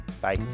Bye